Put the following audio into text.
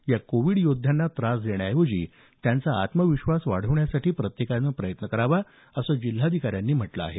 या कोवीड योद्ध्यांना त्रास देण्याऐवजी त्यांचा आत्मविश्वास वाढवण्यासाठी प्रत्येकानं प्रयत्न करावा असं जिल्हाधिकाऱ्यांनी म्हटलं आहे